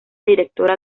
directora